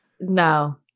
No